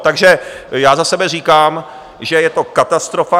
Takže za sebe říkám, že je to katastrofa.